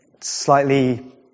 slightly